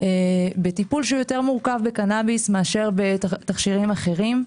בטיפול שהוא יותר מורכב בקנאביס מאשר בתכשירים אחרים.